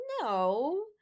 no